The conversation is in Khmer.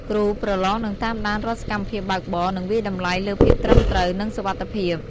គ្រូប្រឡងនឹងតាមដានរាល់សកម្មភាពបើកបរ និងវាយតម្លៃលើភាពត្រឹមត្រូវ និងសុវត្ថិភាព។